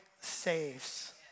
saves